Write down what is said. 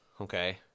okay